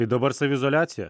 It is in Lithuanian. tai dabar saviizoliacija